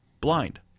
blind